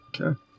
Okay